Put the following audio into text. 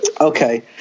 Okay